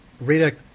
Rita